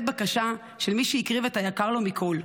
בקשה של מי שהקריב את היקר לו מכול?